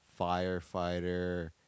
firefighter